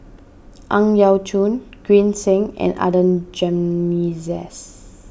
Ang Yau Choon Green Zeng and Adan Jimenez